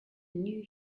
new